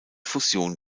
fusion